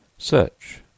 Search